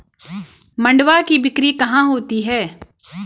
मंडुआ की बिक्री कहाँ होती है?